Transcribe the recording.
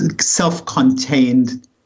self-contained